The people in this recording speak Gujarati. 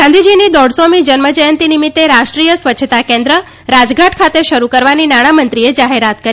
ગાંધીજીની દોઢસો મી જન્મ જયંતિ નિમિત્તે રાષ્ટ્રીય સ્વચ્છતા કેન્દ્ર રાજઘાટ ખાતે શરૂ કરવાની નાણામંત્રીએ જાહેરાત કરી